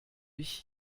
ich